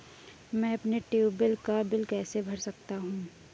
मैं अपने ट्यूबवेल का बिल कैसे भर सकता हूँ?